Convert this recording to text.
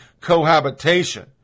cohabitation